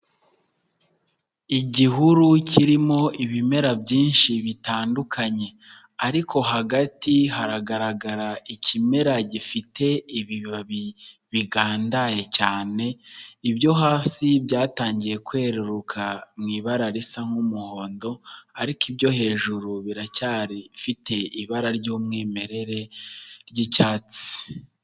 Igihuru kirimo ibimera byinshi bitandukanye ariko hagati haragaragara ikimera gifite ibibabi bigandaye cyane, ibyo hasi byatangiye kweruruka mu ibara risa nk'umuhondo, ariko ibyo hejuru biracyarifite ibara ry'umwimerere ry'icyatsi.